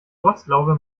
rostlaube